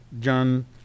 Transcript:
John